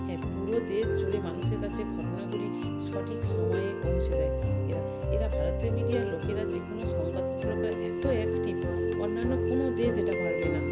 হ্যাঁ পুরো দেশ জুড়ে মানুষের কাছে ঘটনাগুলি সঠিক সময়ে পৌঁছে দেয় এরা এরা ভারতীয় মিডিয়ার লোকেরা যে কোনো সংবাদপত্রের লোকেরা এত অ্যাকটিভ অন্যান্য কোনো দেশ এটা পারবে না